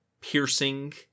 piercing